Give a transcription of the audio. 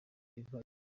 iva